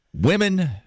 Women